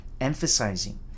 emphasizing